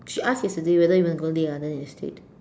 she asked yesterday whether you want to go Lei Garden instead